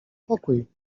pokój